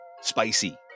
spicy